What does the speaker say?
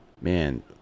Man